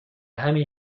همین